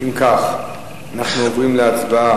אם כך, אנחנו עוברים להצבעה.